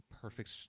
perfect